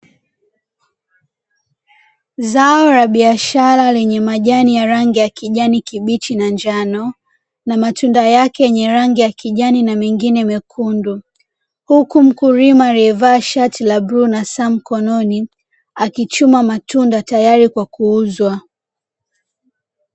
Zao la biashara lenye rangi ya kijani kibichi na njano na matunda yake yenye rangi ya kijani na mengine mekundu, huku mkulima aliyevaa shati la bluu na saa mkononi akichuma matunda tayari kwa kuuzwa.